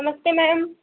नमस्ते मैम